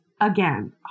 again